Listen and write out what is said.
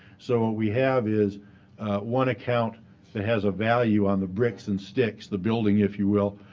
so what we have is one account that has a value on the bricks and sticks, the building, if you will.